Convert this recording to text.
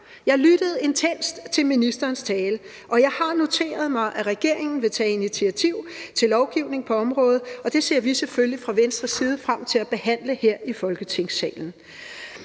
Jeg lyttede intenst til ministerens tale, og jeg har noteret mig, at regeringen vil tage initiativ til lovgivning på området, og det ser vi fra Venstres side selvfølgelig frem til at behandle her i Folketingssalen.